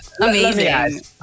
Amazing